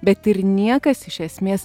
bet ir niekas iš esmės